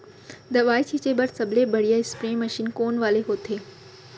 दवई छिंचे बर सबले बढ़िया स्प्रे मशीन कोन वाले होथे?